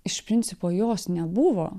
iš principo jos nebuvo